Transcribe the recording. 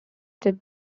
did